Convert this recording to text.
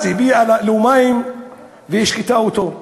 הביאה לו מים והשקתה אותו,